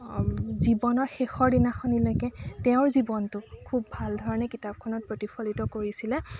জীৱনৰ শেষৰ দিনাখনলৈকে তেওঁৰ জীৱনটো খুব ভাল ধৰণে কিতাপখনত প্ৰতিফলিত কৰিছিলে